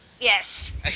Yes